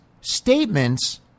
statements